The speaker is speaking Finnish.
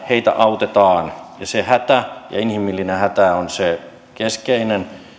heitä autetaan se hätä inhimillinen hätä on se keskeinen